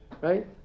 right